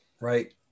right